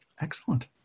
Excellent